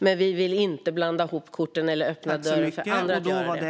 Men vi vill inte blanda ihop korten eller öppna dörren för andra att göra det.